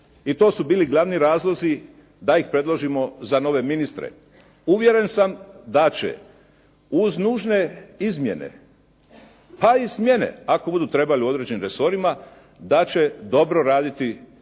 I to su bili glavni razlozi da ih predložimo za nove ministre. Uvjeren sam da će uz nužne izmjene, pa i smjene ako bude trebalo u određenim resorima, da će dobro raditi svoj